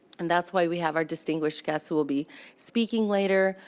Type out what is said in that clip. and that's why we have our distinguished guests who will be speaking later.